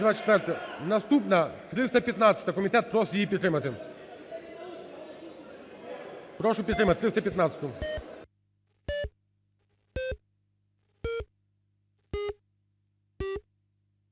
Наступна 315-а. Комітет просить її підтримати. Прошу підтримати 315-у.